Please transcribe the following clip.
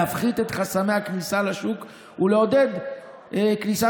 להפחית את חסמי הכניסה לשוק ולעודד כניסה